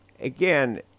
Again